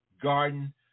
garden